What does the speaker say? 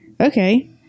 okay